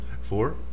Four